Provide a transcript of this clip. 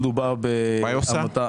זאת עמותה